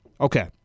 Okay